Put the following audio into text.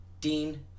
Dean